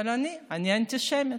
אבל אני, אני אנטישמית.